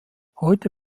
heute